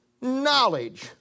knowledge